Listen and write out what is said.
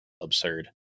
absurd